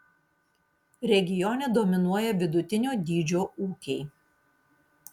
regione dominuoja vidutinio dydžio ūkiai